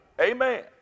Amen